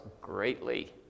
greatly